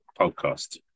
podcast